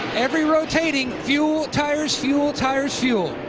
every rotating, fuel tires, fuel tires, fuel.